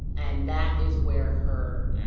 and that is where her